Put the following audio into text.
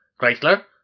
Chrysler